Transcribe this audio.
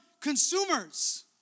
consumers